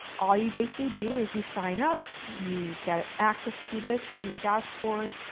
all you basically do is you sign up, you get access to this, your dashboard,